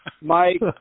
Mike